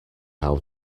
how